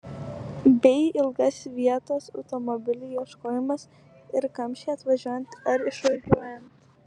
bei ilgas vietos automobiliui ieškojimas ir kamščiai atvažiuojant ar išvažiuojant